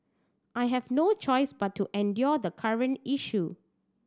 I have no choice but to endure the current issue